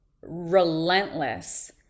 relentless